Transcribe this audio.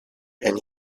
and